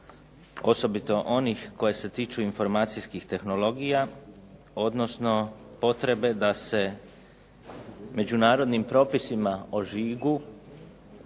osobito onih koje se tiču informacijskih tehnologija, odnosno potrebe da se međunarodnim propisima o žigu